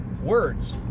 words